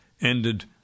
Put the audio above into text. ended